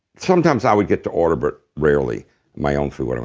sometimes i would get to order but rarely my own food order.